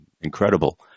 incredible